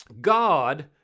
God